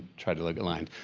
tried to look aligned.